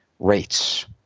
rates